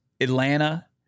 Atlanta